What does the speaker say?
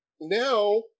now